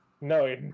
No